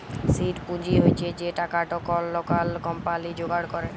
seed পুঁজি হছে সে টাকাট কল লকাল কম্পালি যোগাড় ক্যরে